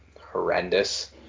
horrendous